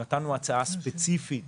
זה ששנת 2022 נגמרה טוב יותר ממה שציפו לפני